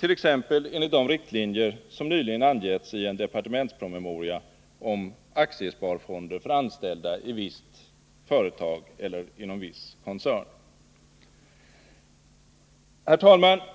t.ex. enligt de riktlinjer som nyligen angetts i en departementspromemoria om aktiesparfonder för anställda i visst företag eller inom viss koncern. Herr talman!